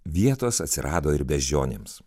vietos atsirado ir beždžionėms